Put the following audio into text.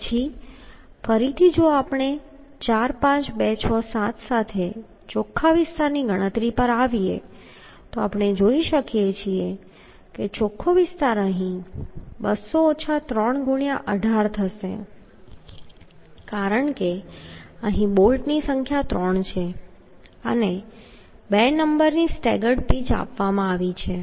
પછી ફરી જો આપણે 4 5 2 6 7 સાથે ચોખ્ખા વિસ્તારની ગણતરી પર આવીએ તો આપણે જોઈ શકીએ છીએ કે ચોખ્ખો વિસ્તાર અહીં 200 ઓછા 3 ગુણ્યાં 18 થશે કારણ કે બોલ્ટની સંખ્યા 3 છે અને 2 નંબરની સ્ટેગર્ડ પિચ ચિત્રમાં આવી રહી છે